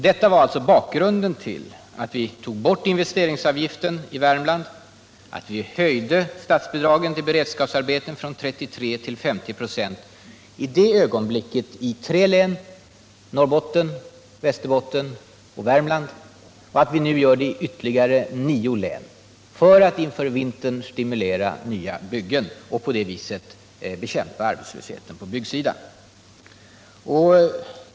Detta var alltså bakgrunden till att vi tog bort investeringsavgiften i Värmland och höjde statsbidraget för beredskapsarbeten från 33 till 50 26 i tre län — Norrbotten, Västerbotten och Värmland — och att vi nu gör detta i ytterligare nio län för att inför vintern stimulera nya byggen och bekämpa arbetslösheten på byggsidan.